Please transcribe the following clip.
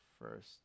first